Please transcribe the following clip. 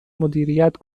مدیریت